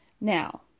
Now